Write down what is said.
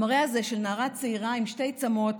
המראה הזה של נערה צעירה עם שתי צמות,